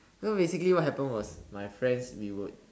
so basically what happened was my friends we would